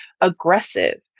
aggressive